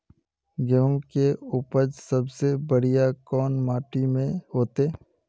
गेहूम के उपज सबसे बढ़िया कौन माटी में होते?